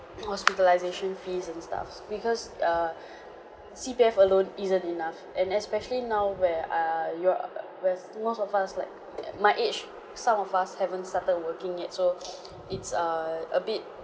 hospitalisation fees and stuffs because err C_P_F alone isn't enough and especially now where err you are whereas most of us like uh my age some of us haven't started working yet so it's err a bit